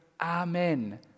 Amen